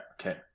Okay